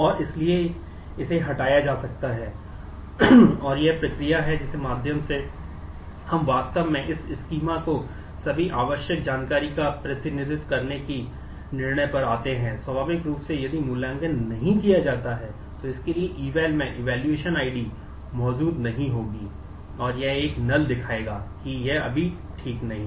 इसलिए स्वाभाविक रूप से एक बार यह प्रतिनिधित्व किया गया है प्रोजेक्ट दिखाएगा कि यह अभी ठीक नहीं है